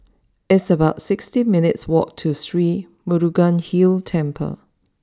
it's about sixty minutes' walk to Sri Murugan Hill Temple